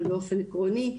אבל באופן עקרוני,